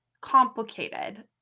complicated